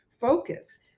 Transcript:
focus